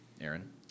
Aaron